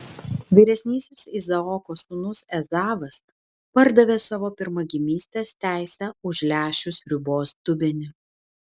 vyresnysis izaoko sūnus ezavas pardavė savo pirmagimystės teisę už lęšių sriubos dubenį